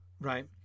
right